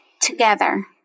together